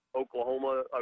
Oklahoma